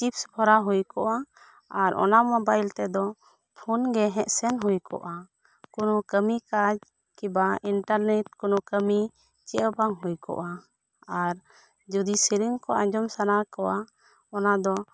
chips ᱵᱷᱚᱨᱟᱣ ᱦᱳᱭ ᱠᱚᱜᱼᱟ ᱟᱨ ᱚᱱᱟ ᱢᱚᱵᱟᱭᱤᱞ ᱛᱮᱫᱚ ᱯᱷᱳᱱ ᱜᱮ ᱦᱮᱡ ᱥᱮᱱ ᱦᱩᱭ ᱠᱚᱜᱼᱟ ᱠᱳᱱᱳ ᱠᱟᱹᱢᱤ ᱠᱟᱡ ᱠᱤ ᱵᱟᱝ ᱤᱱᱴᱟᱨᱱᱮᱴ ᱠᱳᱱᱳ ᱠᱟᱹᱢᱤ ᱪᱮᱫ ᱦᱚᱸ ᱵᱟᱝ ᱦᱩᱭ ᱠᱚᱜᱼᱟ ᱟᱨ ᱡᱩᱫᱤ ᱥᱮᱨᱮᱧ ᱠᱚ ᱟᱸᱡᱚᱢ ᱥᱟᱱᱟ ᱠᱚᱣᱟ ᱚᱱᱟ ᱫᱚ